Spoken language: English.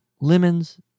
lemons